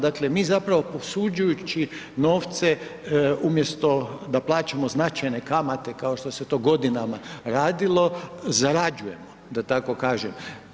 Dakle mi zapravo posuđujući novce umjesto da plaćamo značajne kamate kao što se to godinama radilo, zarađujemo, da tako kažem.